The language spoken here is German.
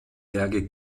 berge